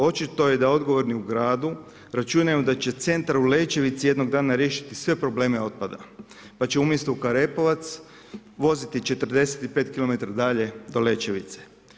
Očito je da odgovorni u gradu računaju da će centar u Lećevici jednog dana riješiti sve probleme otpada pa će umjesto u Karepovac voziti 45km dalje do Lećevice.